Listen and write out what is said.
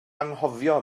anghofio